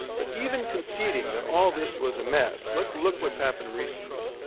but even conceding that all this was a mess, let's look what's happened recently.